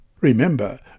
Remember